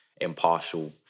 impartial